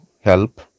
help